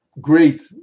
great